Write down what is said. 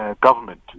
government